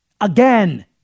again